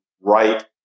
right